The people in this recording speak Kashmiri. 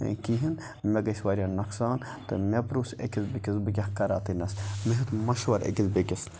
کِہیٖنۍ مےٚ گژھِ واریاہ نۄقصان تہٕ مےٚ پرُژھ أکِس بیٚکِس بہٕ کیٛاہ کَرٕ اتِنَس مےٚ ہیوٚت مَشوَرٕ أکِس بیٚکِس